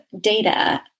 data